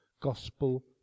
gospel